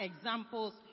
examples